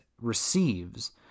receives